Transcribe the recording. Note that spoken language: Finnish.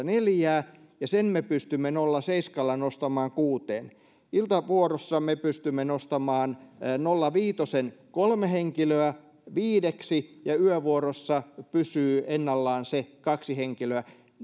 neljää ja sen me pystymme nolla pilkku seitsemällä nostamaan kuuteen iltavuorossa me pystymme nostamaan nolla pilkku viiden kolme henkilöä viideksi ja yövuorossa pysyy ennallaan se kaksi henkilöä